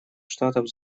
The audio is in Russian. штатов